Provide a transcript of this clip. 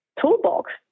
toolbox